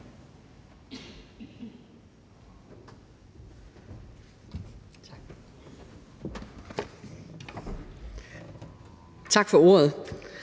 Tak for ordet.